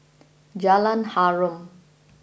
Jalan Harum